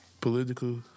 political